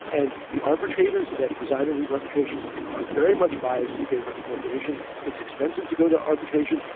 and the arbitrators that preside over these arbitrations are very much biased in favor of the corporations. it's expensive to go to arbitration.